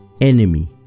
enemy